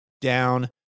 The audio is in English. down